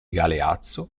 galeazzo